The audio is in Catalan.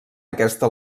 aquesta